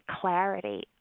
clarity